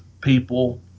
people